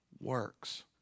works